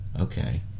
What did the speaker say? Okay